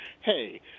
hey